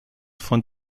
von